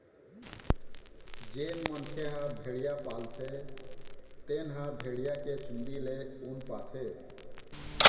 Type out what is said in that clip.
जेन मनखे ह भेड़िया पालथे तेन ह भेड़िया के चूंदी ले ऊन पाथे